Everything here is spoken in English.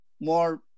more